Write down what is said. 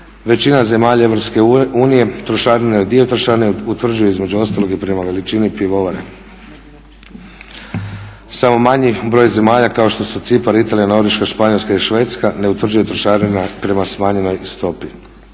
Većina zemalja Europske unije trošarine, dio trošarine utvrđuje između ostalog i prema veličini pivovare. Samo manji broj zemalja kao što su Cipar, Italija, Norveška, Španjolska i Švedska ne utvrđuje trošarine prema smanjenoj stopi.